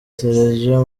sergio